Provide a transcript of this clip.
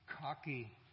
cocky